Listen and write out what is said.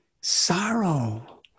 Sorrow